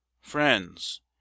friends